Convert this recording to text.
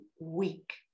week